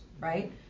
Right